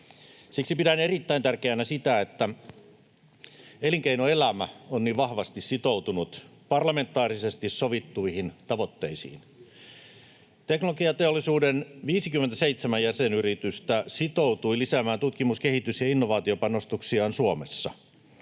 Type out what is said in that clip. Siksi pidän erittäin tärkeänä sitä, että elinkeinoelämä on niin vahvasti sitoutunut parlamentaarisesti sovittuihin tavoitteisiin. Teknologiateollisuuden 57 jäsenyritystä sitoutui lisäämään tutkimus-, kehitys- ja innovaatiopanostuksiaan Suomessa.